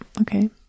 okay